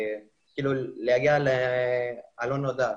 להגיע לא נודע.